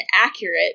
accurate